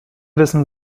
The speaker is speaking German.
wissen